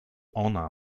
ona